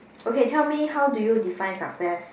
okay tell me how do you define success